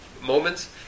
moments